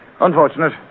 Unfortunate